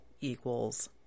equals